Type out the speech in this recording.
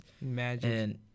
Magic